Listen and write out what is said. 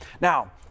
Now